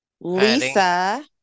Lisa